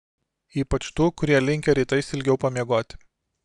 ypač tų kurie linkę rytais ilgiau pamiegoti